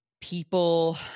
people